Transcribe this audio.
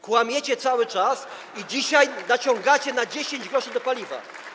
Kłamiecie cały czas i dzisiaj naciągacie na 10 gr na paliwie.